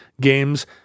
games